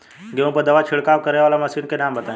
गेहूँ पर दवा छिड़काव करेवाला मशीनों के नाम बताई?